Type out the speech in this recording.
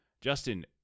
Justin